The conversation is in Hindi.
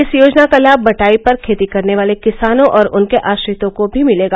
इस योजना का लाभ बटाई पर खेती करने वाले किसानों और उनके आश्रितों को भी मिलेगा